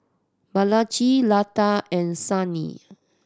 Balaji Lata and Sunil